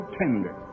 tender